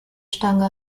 stange